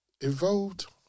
evolved